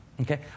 okay